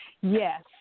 Yes